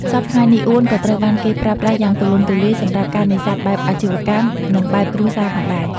សព្វថ្ងៃនេះ អួនក៏ត្រូវបានគេប្រើប្រាស់យ៉ាងទូលំទូលាយសម្រាប់ការនេសាទបែបអាជីវកម្ម និងបែបគ្រួសារផងដែរ។